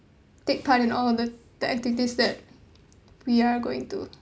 take part in all of the the activities that we are going to